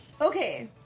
okay